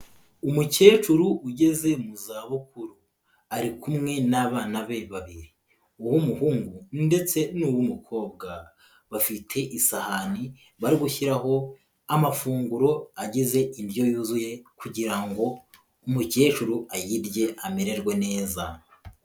Umukecuru ugeze mu zabukuru, ari kumwe n'abana be babiri, uw'umuhungu ndetse n'uw'umukobwa, bafite isahani bari gushyiraho amafunguro agize indyo yuzuye kugira ngo umukecuru ayirye, amererwe neza.